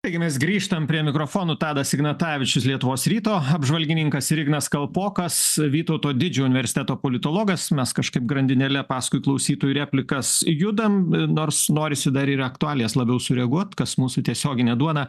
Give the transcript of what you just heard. taigi mes grįžtam prie mikrofonų tadas ignatavičius lietuvos ryto apžvalgininkas ignas kalpokas vytauto didžiojo universiteto politologas mes kažkaip grandinėle paskui klausytojų replikas judam nors norisi dar ir aktualijas labiau sureaguot kas mūsų tiesioginė duona